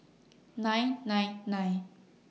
nine nine nine